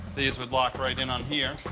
these would lock right in on here.